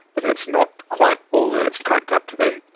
but it's not quite all that it's cracked up to be.